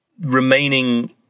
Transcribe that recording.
remaining